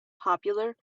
popular